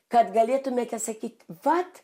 kad galėtumėte sakyt vat